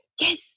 yes